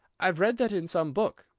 i've read that in some book,